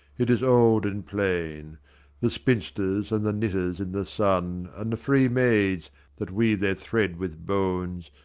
it is old and plain the spinsters and the knitters in the sun, and the free maids that weave their thread with bones,